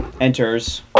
enters